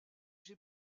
j’ai